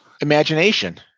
imagination